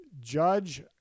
Judge